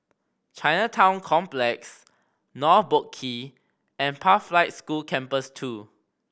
Chinatown Complex North Boat Quay and Pathlight School Campus Two